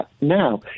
now